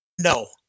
No